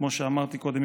כמו שאמרתי קודם,